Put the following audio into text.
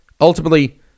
ultimately